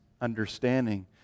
understanding